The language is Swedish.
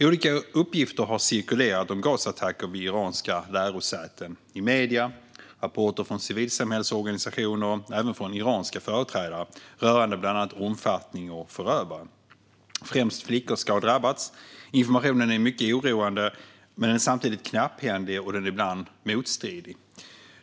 Olika uppgifter har cirkulerat om gasattacker vid iranska lärosäten, i medier, i rapporter från civilsamhällsorganisationer och även från iranska företrädare, rörande bland annat omfattning och förövare. Främst flickor ska ha drabbats. Informationen är mycket oroande, men samtidigt knapphändig, och ibland motstridig.